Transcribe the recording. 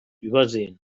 übersehen